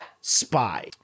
spy